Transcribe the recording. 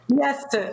Yes